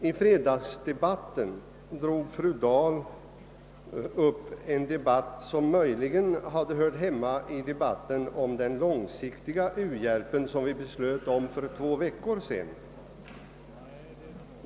I fredags tog fru Dahl upp en debatt som möjligen hade hört hemma i diskussionen om den långsiktiga u-hjälpen, som vi behandlade förra veckan.